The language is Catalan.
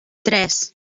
tres